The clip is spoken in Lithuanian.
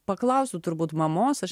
paklausiau turbūt mamos aš